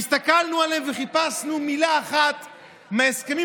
הסתכלנו עליהם וחיפשנו בהם מילה אחת מההסכמים